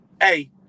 Hey